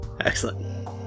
Excellent